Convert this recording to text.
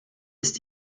ist